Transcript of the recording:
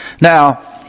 Now